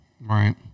Right